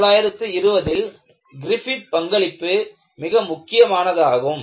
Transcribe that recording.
1920ல் Griffith பங்களிப்பு மிக முக்கியமானதாகும்